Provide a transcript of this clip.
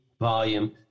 volume